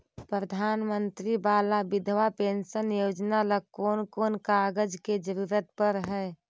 प्रधानमंत्री बाला बिधवा पेंसन योजना ल कोन कोन कागज के जरुरत पड़ है?